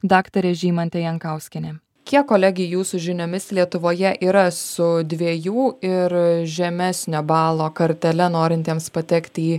daktarė žymantė jankauskienė kiek kolegijų jūsų žiniomis lietuvoje yra su dviejų ir žemesnio balo kartele norintiems patekti į